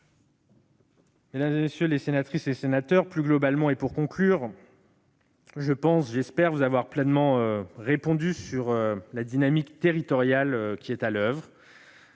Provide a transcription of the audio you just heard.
Mesdames les sénatrices, messieurs les sénateurs, plus globalement et pour conclure, j'espère vous avoir pleinement répondu sur la dynamique territoriale qui est à l'oeuvre.